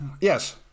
Yes